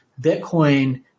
Bitcoin